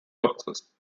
purposes